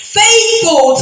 faithful